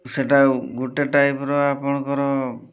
ସେଇଟା ଗୋଟେ ଟାଇପ୍ର ଆପଣଙ୍କର